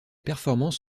performances